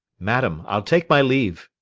madam, i'll take my leave.